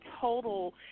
total